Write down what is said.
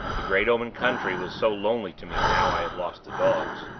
the great open country was so lonely to me, now i had lost the dogs!